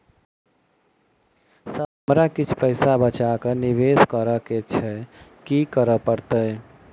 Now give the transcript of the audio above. Sir हमरा किछ पैसा बचा कऽ निवेश करऽ केँ छैय की करऽ परतै?